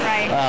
Right